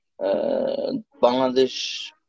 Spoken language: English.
Bangladesh